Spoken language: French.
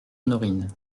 honorine